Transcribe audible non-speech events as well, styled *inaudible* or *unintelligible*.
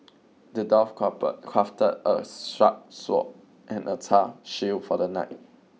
the dwarf **crafted a *unintelligible* sharp sword and a tough shield for the knight